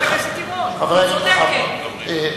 ואפרים סנה היינו הראשונים,